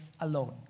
alone